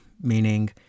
meaning